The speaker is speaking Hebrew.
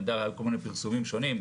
אני יודע על כל מיני פרסומים שונים,